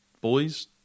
boys